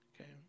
Okay